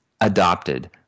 adopted